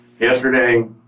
Yesterday